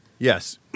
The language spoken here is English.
Yes